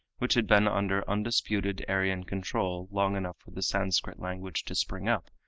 which had been under undisputed aryan control long enough for the sanscrit language to spring up,